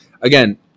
Again